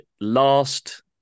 last